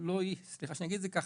סליחה שאני אגיד כך,